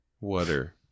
Water